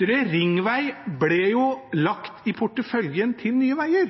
ringvei ble lagt i porteføljen til Nye Veier.